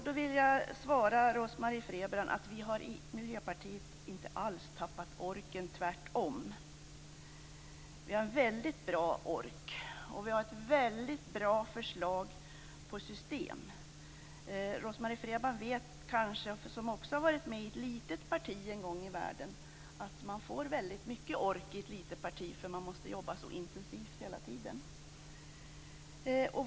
Jag vill svara Rose-Marie Frebran att vi i Miljöpartiet inte alls har tappat orken - tvärtom. Vi har en väldigt bra ork, och vi har ett väldigt bra förslag till system. Rose-Marie Frebran, som också har varit med i ett litet parti en gång i tiden, vet att man får mycket ork i ett litet parti därför att man måste arbeta så intensivt hela tiden.